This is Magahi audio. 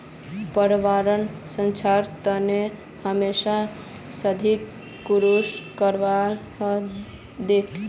पर्यावन संरक्षनेर तने हमसाक स्थायी कृषि करवा ह तोक